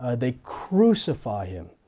ah they crucify him,